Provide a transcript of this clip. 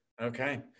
okay